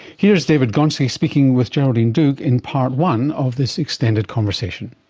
here's david gonski speaking with geraldine doogue in part one of this extended conversation.